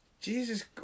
Jesus